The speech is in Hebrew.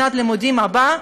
שנת הלימודים הבאה,